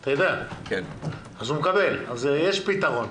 אז יש פתרון.